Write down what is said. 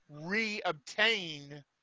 re-obtain